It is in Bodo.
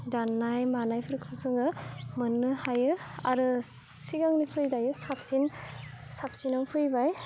दाननाय मानायफोरखौ जोङो मोननो हायो आरो सिगांनिख्रुइ दायो साबसिन साबसिनाव फैबाय